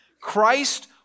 Christ